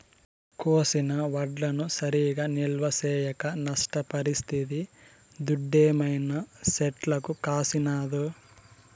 కోసిన వడ్లను సరిగా నిల్వ చేయక నష్టపరిస్తిది దుడ్డేమైనా చెట్లకు కాసినాదో